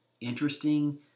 interesting